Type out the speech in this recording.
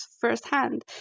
firsthand